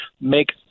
make